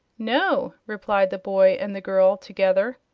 no! replied the boy and the girl, together.